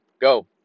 go